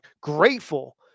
grateful